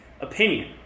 opinion